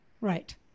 Right